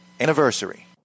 anniversary